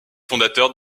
fondateurs